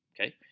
okay